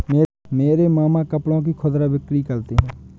मेरे मामा कपड़ों की खुदरा बिक्री करते हैं